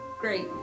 Great